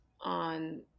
on